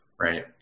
Right